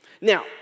Now